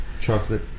chocolate